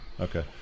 Okay